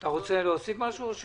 אתה רוצה להוסיף משהו?